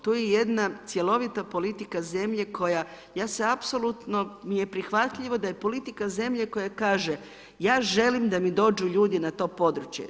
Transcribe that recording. Tu je jedna cjelovita politika zemlje koja, ja se apsolutno mi je prihvatljivo da je politika zemlje koja kaže ja želim da mi dođu ljudi na to područje.